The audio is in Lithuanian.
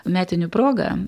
metinių proga